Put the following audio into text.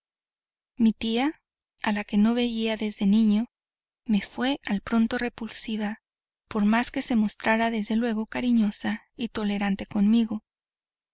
mi tía a la que no veía desde niño me fue al pronto repulsiva por más que se mostrara desde luego cariñosa y tolerante conmigo